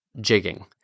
jigging